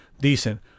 Decent